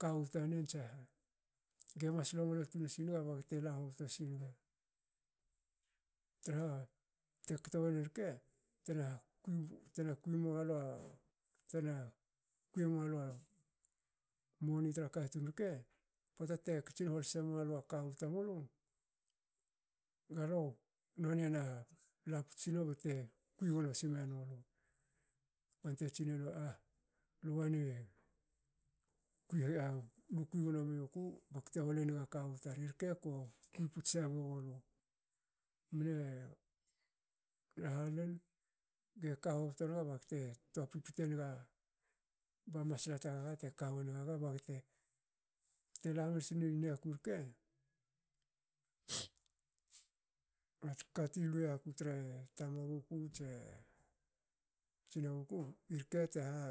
kawu tanen tsa ha. Ge mas longlo tun nsi naga baga te la hobto si naga, traha te kto wenen rke tena kui mualua. tena kui mualua moni tra katun rke. pota te katsin hol semualu a kawu tamulu galu nonie na laputs sinma bte kui gno sme nulu bante tsi nenu,"a lubanie kui- lukui gno mioku bakte hol enaga kawu tar. irke ko kui puts sebegulu." Mne nha lol- geka hobto naga bakte toa pipite naga ba masla tagaga teka wongaga bagate tela lolsni niaku rke, mats kati lui yaku tre tamaguku ne tsinaguku irke traha